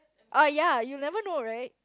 oh ya you never know right